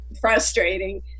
frustrating